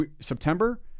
September